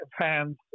fans